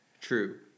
True